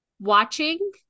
watching